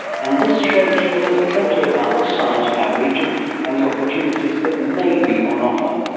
and this shows she knows plenty about the science in our region and the opportunities that may be on offer.